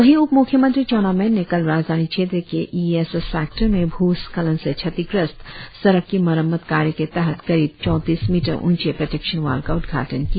वहीं उप म्ख्यमंत्री चाउना मैन ने कल राजधानी क्षेत्र के ई एस एस सेक्टर में भू स्खलन से क्षतिग्रस्त सड़क की मरम्मत कार्य के तहत करीब चौतीस मीटर ऊंचे प्रोटेक्शन वाल का उद्घाटन किया